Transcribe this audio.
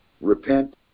Repent